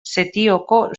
setioko